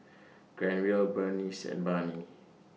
Granville Berneice and Barney